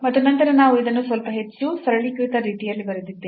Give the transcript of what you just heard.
ಮತ್ತು ನಂತರ ನಾವು ಇದನ್ನು ಸ್ವಲ್ಪ ಹೆಚ್ಚು ಸರಳೀಕೃತ ರೀತಿಯಲ್ಲಿ ಬರೆದಿದ್ದೇವೆ